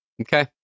Okay